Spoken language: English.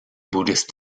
buddhist